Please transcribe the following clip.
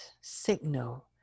signal